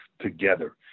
together